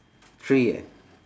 three eh